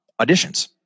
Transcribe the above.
auditions